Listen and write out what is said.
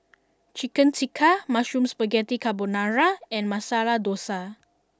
Chicken Tikka Mushroom Spaghetti Carbonara and Masala Dosa